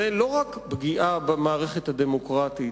זאת לא רק פגיעה במערכת הדמוקרטית,